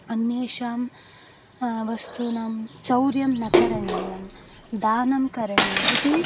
अन्येषां वस्तूनां चौर्यं न करणीयं दानं करणीयम् इति